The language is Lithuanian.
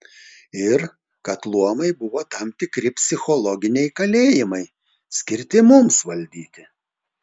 ir kad luomai buvo tam tikri psichologiniai kalėjimai skirti mums valdyti